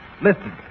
listen